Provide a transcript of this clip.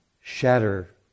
shatter